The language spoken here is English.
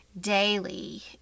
daily